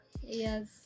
Yes